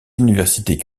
universités